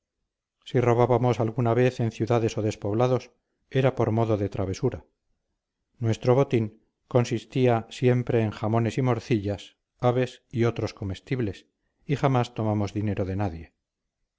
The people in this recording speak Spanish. si robábamos alguna vez en ciudades o despoblados era por modo de travesura nuestro botín consistía siempre en jamones y morcillas aves y otros comestibles y jamás tomamos dinero de nadie